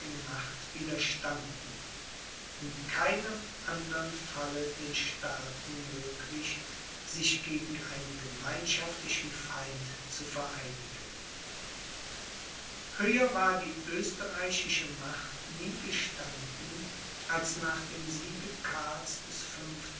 macht widerstanden in keinem andern falle den staaten möglich sich gegen einen gemeinschaftlichen feind zu vereinigen höher war die österreichische macht nie gestanden als nach dem siege karls